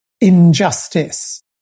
injustice